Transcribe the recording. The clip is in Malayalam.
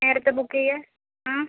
നേരത്തെ ബുക്ക് ചെയ്യാൻ ആ